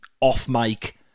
off-mic